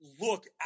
look